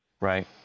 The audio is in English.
Right